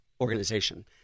organization